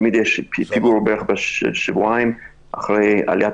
תמיד יש פיגור של שבועיים בערך אחרי עליית